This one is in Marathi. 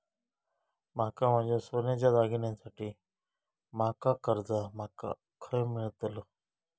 माका माझ्या सोन्याच्या दागिन्यांसाठी माका कर्जा माका खय मेळतल?